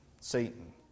Satan